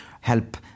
help